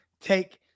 take